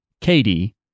Katie